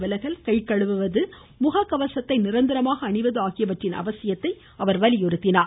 விலகல் கை கழுவுவது முக கவசத்தை நிரந்தரமாக அணிவது சமுக ஆகியவற்றின் அவசியத்தையும் அவர் வலியுறுத்தினார்